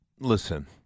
listen